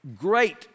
great